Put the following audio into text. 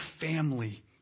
family